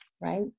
right